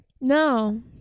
No